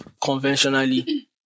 conventionally